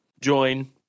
join